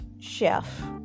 chef